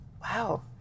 Wow